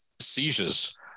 seizures